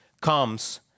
comes